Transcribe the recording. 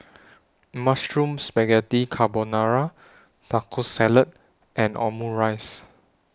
Mushroom Spaghetti Carbonara Taco Salad and Omurice